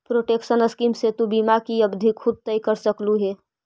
protection scheme से तु बीमा की अवधि खुद तय कर सकलू हे